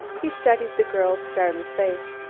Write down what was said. he studied the girl's startled face.